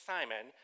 Simon